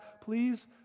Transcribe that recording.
please